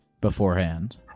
beforehand